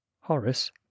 horace